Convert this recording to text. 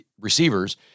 receivers